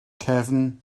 cefn